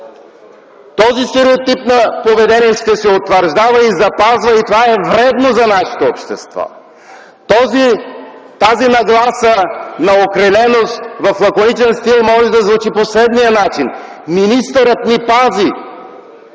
този стереотип на поведение ще се утвърждава и запазва и това е вредно за нашето общество. Тази нагласа – на окриленост, в лаконичен стил може да звучи и по следния начин: министърът ни пази,